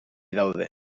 daude